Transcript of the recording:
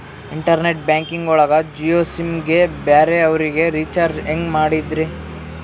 Internet banking ಒಳಗ Jio SIM ಗೆ ಬೇರೆ ಅವರಿಗೆ ರೀಚಾರ್ಜ್ ಹೆಂಗ್ ಮಾಡಿದ್ರಿ?